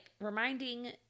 reminding